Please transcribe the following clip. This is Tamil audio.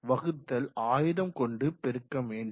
4 1000 கொண்டு பெருக்கவேண்டும்